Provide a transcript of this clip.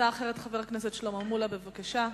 הצעה אחרת לחבר הכנסת שלמה מולה, בבקשה.